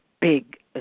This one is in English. big